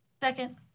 Second